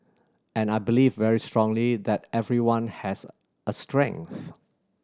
and I believe very strongly that everyone has a strength